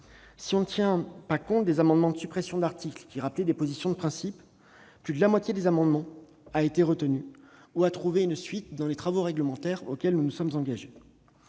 Si l'on ne prend pas en compte les amendements visant à supprimer des articles, qui visent à rappeler des positions de principe, plus de la moitié des amendements a été retenue ou a trouvé une suite dans les travaux réglementaires que nous nous sommes engagés